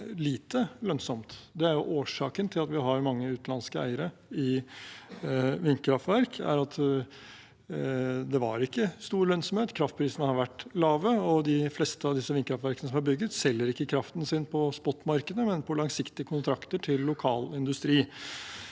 Det er årsaken til at vi har mange utenlandske eiere i vindkraftverk – det var ikke stor lønnsomhet. Kraftprisene har vært lave, og de fleste av vindkraftverkene som er bygget, selger ikke kraften sin på spotmarkedet, men til lokal industri,